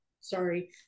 Sorry